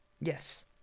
Yes